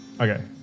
Okay